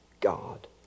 God